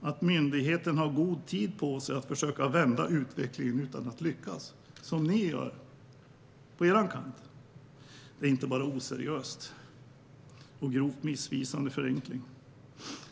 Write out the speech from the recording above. att myndigheten har haft god tid på sig att försöka vända utvecklingen utan att lyckas, som ni på er kant gör, är inte bara oseriöst och en grovt missvisande förenkling.